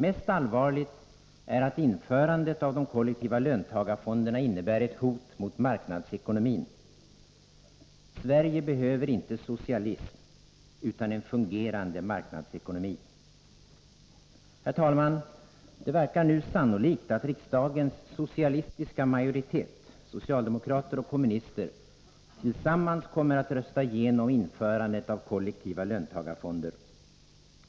Mest allvarligt är att införandet av kollektiva löntagarfonder innebär ett hot mot marknadsekonomin. Sverige behöver inte socialism, utan en fungerande marknadsekonomi. Herr talman! Det verkar sannolikt att riksdagens socialistiska majoritet — socialdemokrater och kommunister — tillsammans kommer att rösta igenom införandet av de kollektiva löntagarfonderna.